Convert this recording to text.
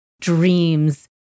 dreams